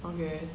okay